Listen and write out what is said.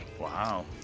Wow